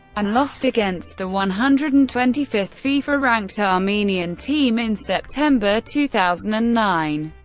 and lost against the one hundred and twenty fifth fifa-ranked armenian team in september two thousand and nine.